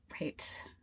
Right